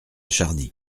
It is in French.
charny